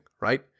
right